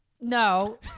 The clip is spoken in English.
No